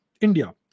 India